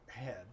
head